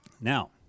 Now